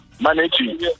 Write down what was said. managing